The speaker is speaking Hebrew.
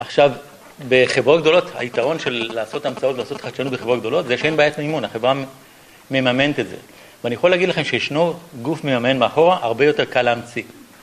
עכשיו, בחברות גדולות, היתרון של לעשות המצאות, ולעשות חדשנות בחברות גדולות, זה שאין בעיית מימון, החברה מממנת את זה. ואני יכול להגיד לכם שישנו גוף מממן מאחורה הרבה יותר קל להמציא.